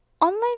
online